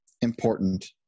important